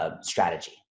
strategy